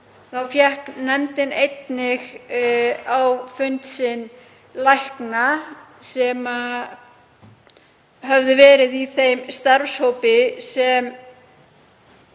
Þá fékk nefndin einnig á fund sinn lækna sem verið höfðu í þeim starfshópi sem